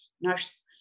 nurse